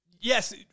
Yes